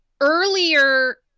earlier